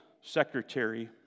secretary